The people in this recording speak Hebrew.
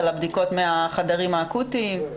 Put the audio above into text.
על הבדיקות מהחדרים האקוטיים?